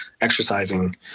exercising